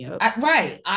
Right